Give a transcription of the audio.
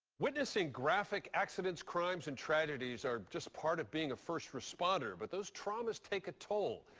witnessing graphic accidents, crimes, and tragedies are just part of being a first responder, but those traumas take a toll.